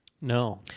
no